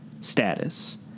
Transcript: status